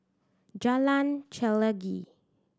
Jalan Chelagi